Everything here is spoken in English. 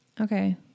Okay